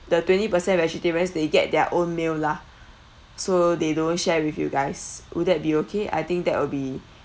the twenty percent vegetarians they get their own meal lah so they don't share with you guys would that be okay I think that will be